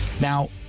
Now